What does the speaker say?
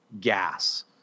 gas